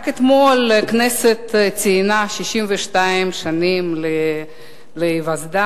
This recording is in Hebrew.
רק אתמול הכנסת ציינה 62 שנים להיווסדה,